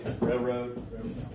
railroad